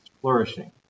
flourishing